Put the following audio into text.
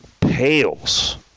pales